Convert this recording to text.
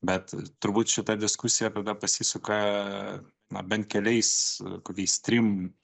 bet turbūt šita diskusija tada pasisuka na bent keliais kokiais trim